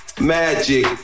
magic